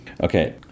Okay